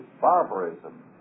barbarism